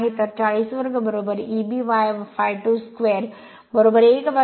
तर 40 वर्ग Eby ∅2 square 1 0